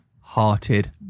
hearted